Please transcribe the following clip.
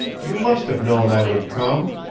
you must have known i would come.